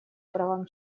правам